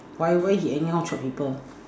why why he anyhow chop people